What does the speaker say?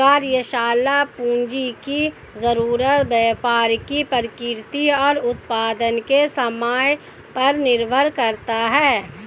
कार्यशाला पूंजी की जरूरत व्यापार की प्रकृति और उत्पादन के समय पर निर्भर करता है